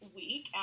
week